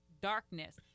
darkness